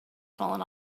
fallen